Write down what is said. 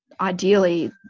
ideally